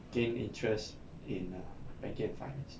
gain interest in err banking and finance